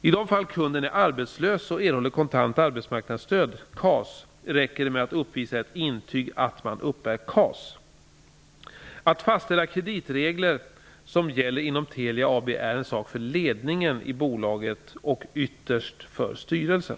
I de fall kunden är arbetslös och erhåller kontant arbetsmarknadsstöd räcker det med att uppvisa ett intyg att man uppbär KAS. Att fastställa kreditregler som gäller inom Telia AB är en sak för ledningen i bolaget och ytterst för styrelsen.